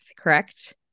correct